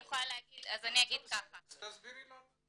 אז תסבירי לנו.